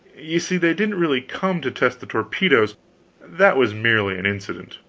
you see they didn't really come to test the torpedoes that was merely an incident.